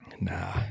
Nah